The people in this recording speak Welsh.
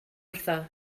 wrtho